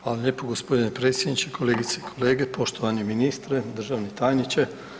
Hvala lijepo g. predsjedniče, kolegice i kolege, poštovani ministre, državni tajniče.